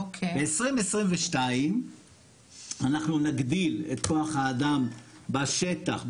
ב-2022 אנחנו נגדיל את כוח האדם בשטח,